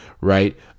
Right